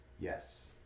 Yes